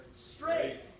straight